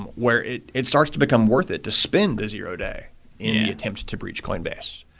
where it it starts to become worth it to spend a zero day in the attempt to breach coinbase.